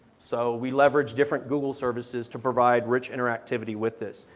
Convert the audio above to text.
so we leverage different google services to provide rich interactivity with this.